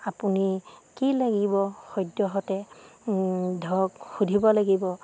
আপুনি কি লাগিব সদ্যহতে ধৰক সুধিব লাগিব